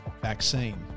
vaccine